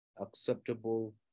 acceptable